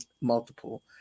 multiple